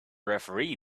referee